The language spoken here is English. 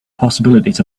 possibilities